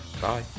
Bye